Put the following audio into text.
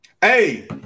Hey